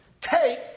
Take